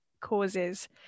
causes